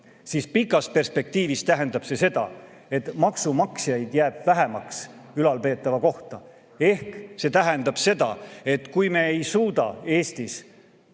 siis pikas perspektiivis tähendab see seda, et maksumaksjaid jääb ülalpeetava kohta vähemaks. Ehk see tähendab seda, et kui me ei suuda Eestis